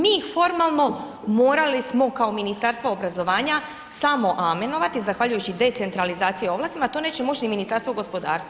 Mi formalno morali smo kao Ministarstvo obrazovanja samo amenovati, zahvaljujući decentralizaciji i ovlastima, a to neće moći ni Ministarstvo gospodarstva.